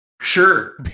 Sure